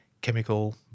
chemical